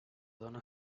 dona